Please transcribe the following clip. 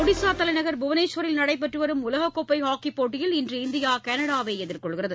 ஒடிசா தலைநகர் புவனேஸ்வரில் நடைபெற்று வரும் உலகக்கோப்பை ஹாக்கி போட்டியில் இன்று இந்தியா கனடாவை எதிர்கொள்கிறது